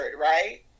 right